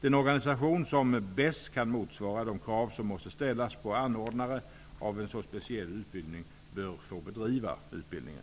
Den organisation som bäst kan motsvara de krav som måste ställas på anordnare av en så speciell utbildning bör få bedriva utbildningen.